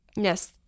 Yes